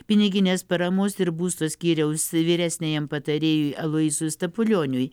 piniginės paramos ir būsto skyriaus vyresniajam patarėjui aloyzui stapulioniui